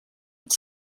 het